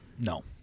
No